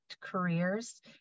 careers